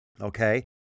okay